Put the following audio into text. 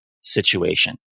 situation